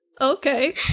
Okay